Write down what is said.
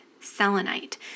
selenite